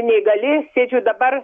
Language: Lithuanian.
neįgali sėdžiu dabar